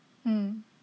mm